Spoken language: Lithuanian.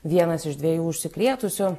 vienas iš dviejų užsikrėtusių